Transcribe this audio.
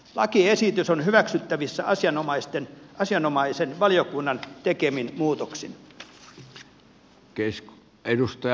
lakiesitys on hyväksyttävissä asianomaisen valiokunnan tekemin muutoksin